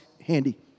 handy